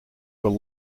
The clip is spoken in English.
were